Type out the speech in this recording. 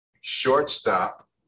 Shortstop